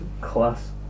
Class